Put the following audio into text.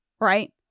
right